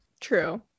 True